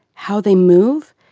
how they move,